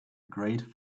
great